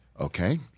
Okay